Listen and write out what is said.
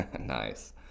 Nice